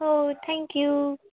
ହଉ thank you